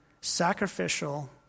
sacrificial